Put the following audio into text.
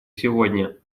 сегодня